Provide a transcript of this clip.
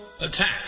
Attack